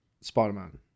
spider-man